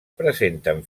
presenten